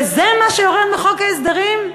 וזה מה שיורד מחוק ההסדרים?